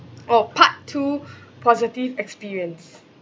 orh part two positive experience